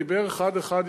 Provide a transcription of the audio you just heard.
דיבר אחד-אחד,